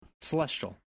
Celestial